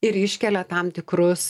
ir iškelia tam tikrus